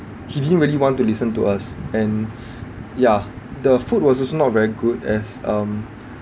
he didn't really want to listen to us and ya the food was also not very good as um